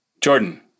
Jordan